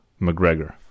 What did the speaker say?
McGregor